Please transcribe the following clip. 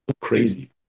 crazy